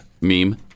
meme